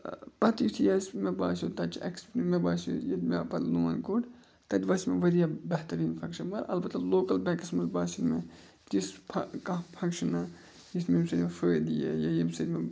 پَتہٕ یُتھُے اَسہِ مےٚ باسیٚو تَتہِ چھِ اٮ۪کٕسپیٖری مےٚ باسیو ییٚتہِ مےٚ پَتہٕ لون کوٚڑ تَتہِ باسیو مےٚ واریاہ بہتریٖن فَنٛگشَن مَگر اَلبتہ لوکَل بٮ۪نکَس منٛز باسیو مےٚ تِژھ کانٛہہ فَنٛگشَنا یِتھ مےٚ ییٚمہِ سۭتۍ مےٚ فٲیدٕ یہِ یا ییٚمہِ سۭتۍ مےٚ